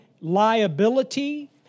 liability